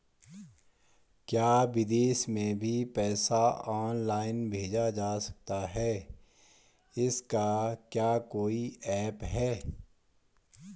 क्या विदेश में भी पैसा ऑनलाइन भेजा जा सकता है इसका क्या कोई ऐप है?